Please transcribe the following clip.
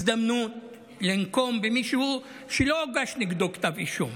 הזדמנות לנקום במישהו שלא הוגש נגדו כתב אישום.